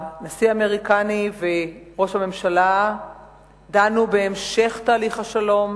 הנשיא האמריקני וראש הממשלה דנו בהמשך תהליך השלום